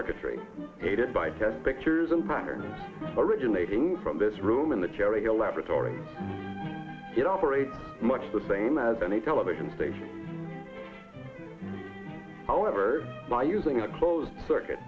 circuitry aided by test pictures and patterns originating from this room in the cherry hill laboratory it operates much the same as any television station however by using a closed circuit